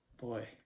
Boy